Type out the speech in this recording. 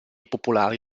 popolari